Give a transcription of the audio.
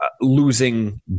losing